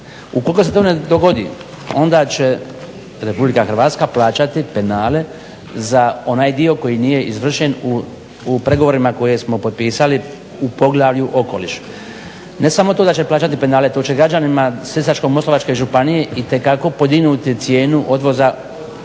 Ukoliko se to ne dogodi onda će RH plaćati penale za onaj dio koji nije izvršen u pregovorima koje smo potpisali u Poglavlju – Okoliš. Ne samo to da će plaćati penale, to će građanima Sisačko-moslavačke županije itekako podignuti cijenu odvoza